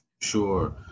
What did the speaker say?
sure